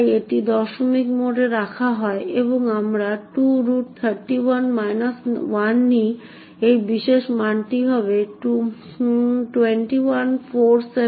তাই এটি দশমিক মোডে রাখা হয় এবং আমরা 231 1 নিই এই বিশেষ মানটি হবে 2147483647